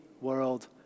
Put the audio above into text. world